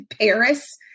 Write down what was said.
Paris